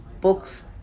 books